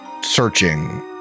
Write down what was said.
searching